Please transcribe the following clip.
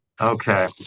Okay